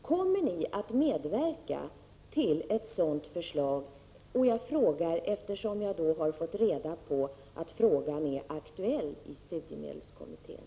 Kommer ni att medverka till ett sådant förslag? Jag frågar eftersom jag har fått reda på att frågan är aktuell i studiemedelskommittén.